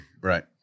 Right